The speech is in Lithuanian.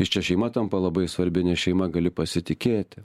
iš čia šeima tampa labai svarbi nes šeima gali pasitikėti